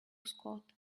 scott